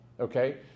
okay